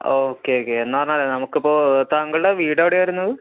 okay okay എന്താ പറഞ്ഞാലേ നമുക്കിപ്പോൾ താങ്കളുടെ വീട് എവിടെയാണ് വരുന്നത്